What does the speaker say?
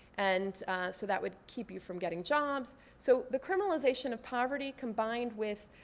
and so that would keep you from getting jobs. so the criminalization of poverty combined with